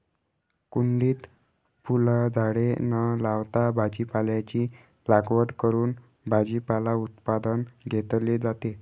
कुंडीत फुलझाडे न लावता भाजीपाल्याची लागवड करून भाजीपाला उत्पादन घेतले जाते